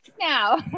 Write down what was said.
now